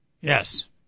Yes